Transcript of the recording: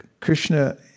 Krishna